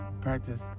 practice